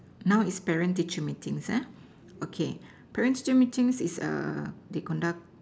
now is parent teacher meetings ah okay parent teacher meetings is err they conduct